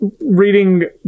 reading